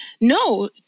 no